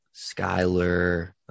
Skyler